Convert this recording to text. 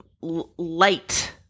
light